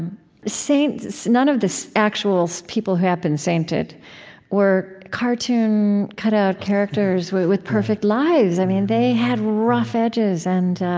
saint so none of the actual people who have been sainted were cartoon cutout characters with with perfect lives. i mean, they had rough edges, and